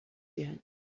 yet